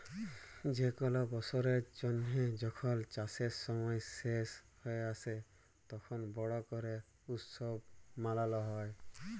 যে কল বসরের জ্যানহে যখল চাষের সময় শেষ হঁয়ে আসে, তখল বড় ক্যরে উৎসব মালাল হ্যয়